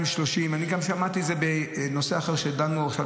אני שמעתי את זה גם בנושא אחר שדנו בו עכשיו,